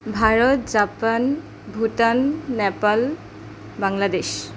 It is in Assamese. ভাৰত জাপান ভূটান নেপাল বাংলাদেশ